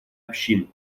общин